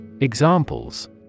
Examples